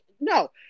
no